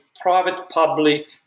private-public